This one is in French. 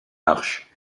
arches